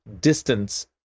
distance